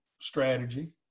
strategy